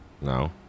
No